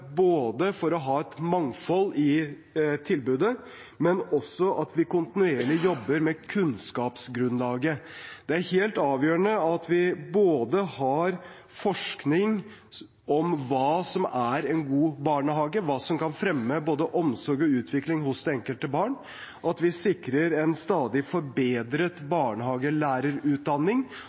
for både å ha et mangfold i tilbudet, og at vi kontinuerlig jobber med kunnskapsgrunnlaget. Det er helt avgjørende både at vi har forskning om hva som er en god barnehage, hva som kan fremme både omsorg og utvikling hos det enkelte barn, at vi sikrer en stadig forbedret barnehagelærerutdanning,